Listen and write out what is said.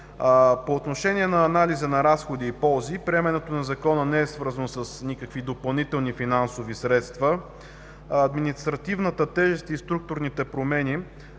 По отношение на анализа на разходи и ползи – приемането на Закона не е свързано с никакви допълнителни финансови средства. Административната тежест и структурните промени